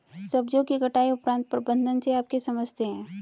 सब्जियों की कटाई उपरांत प्रबंधन से आप क्या समझते हैं?